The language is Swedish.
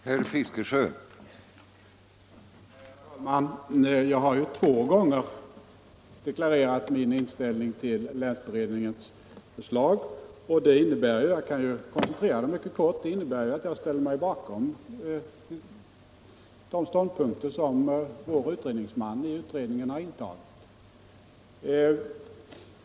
Herr talman! Jag har två gånger deklarerat min inställning till länsberedningens förslag. Mitt svar är — jag kan koncentrera mig och upprepa det mycket kort — att jag ställer mig bakom de ståndpunkter som vår representant i utredningen har intagit.